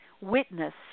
witness